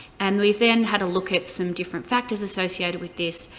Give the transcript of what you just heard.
and we've then had a look at some different factors associated with this,